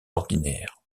ordinaires